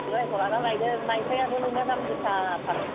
बोरायखौ लाना लायदों मायब्रायाबो नोंना दाम गोसा थार